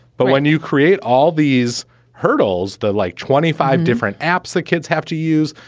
but when you create all these hurdles, the like twenty five different apps that kids have to use,